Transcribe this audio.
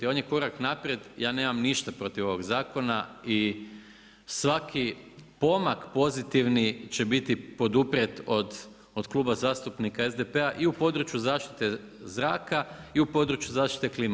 On je korak naprijed, ja nemam ništa protiv ovog zakona i svaki pomak pozitivni će biti poduprijet od Kluba zastupnika SDP-a i u području zaštite zraka i u području zaštite klime.